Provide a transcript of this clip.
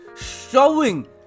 showing